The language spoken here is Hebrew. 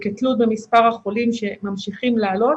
וכתלות במספר החולים שממשיכים לעלות,